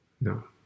No